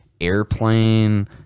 airplane